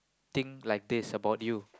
think like this about you